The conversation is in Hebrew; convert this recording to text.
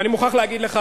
ואני מוכרח להגיד לך,